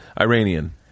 Iranian